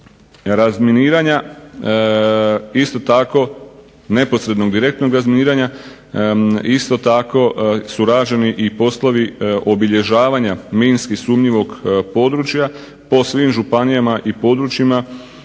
razminiranja isto tako, neposrednog direktnog razminiranja isto tako su rađeni i poslovi obilježavanja minski sumnjivog područja po svim županijama i područjima